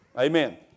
Amen